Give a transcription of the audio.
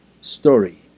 story